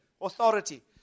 Authority